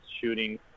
shooting